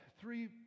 three